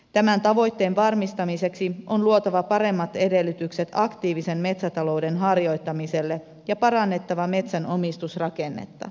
tämän tavoitteen varmistamiseksi on luotava paremmat edellytykset aktiivisen metsätalouden harjoittamiselle ja parannettava metsän omistusrakennetta